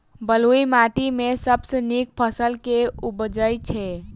बलुई माटि मे सबसँ नीक फसल केँ उबजई छै?